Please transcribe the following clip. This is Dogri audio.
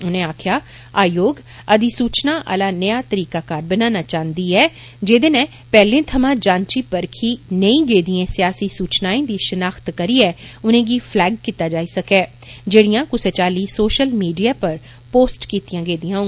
उनें आक्खेआ आयोग अधिसूचना आला नेया तरीका कार बनाना चाहन्दी ऐ जेदे नै पहलें थमां जांची परखी नेईं गेदिएं सियासी सूचनाएं दी षिनाख्त करियै उनेंगी फलैग कीता जाई सकै जेड़ियां कुसै चाल्ली सौषल मीडिया पर पोस्ट कीतियां गेदियां होन